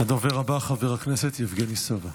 הדובר הבא, חבר הכנסת יבגני סובה.